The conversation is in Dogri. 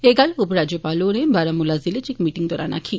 एह् गल्ल उप राज्यपाल होरें बारामुला ज़िले इच इक मीटिंग दौरान आक्खी